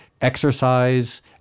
exercise